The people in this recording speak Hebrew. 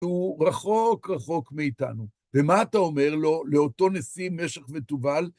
הוא רחוק, רחוק מאיתנו. ומה אתה אומר לו לאותו נשיא משך ותובל?